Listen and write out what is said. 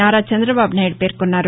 నారా చందబాబు నాయుడు పేర్కొన్నారు